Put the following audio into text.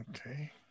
Okay